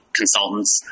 consultants